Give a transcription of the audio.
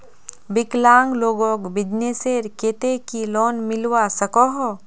विकलांग लोगोक बिजनेसर केते की लोन मिलवा सकोहो?